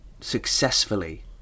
successfully